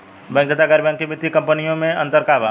Bank तथा गैर banking वित्तीय कम्पनीयो मे अन्तर का बा?